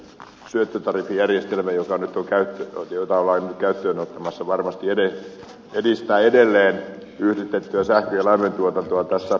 syöttötariffijärjestelmä jota ollaan nyt ottamassa käyttöön varmasti edistää edelleen yhdistettyä sähkön ja lämmöntuotantoa